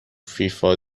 فیفا